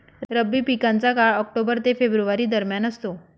रब्बी पिकांचा काळ ऑक्टोबर ते फेब्रुवारी दरम्यान असतो